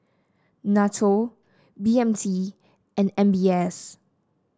NATO B M T and M B S